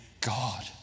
God